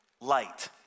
light